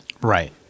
Right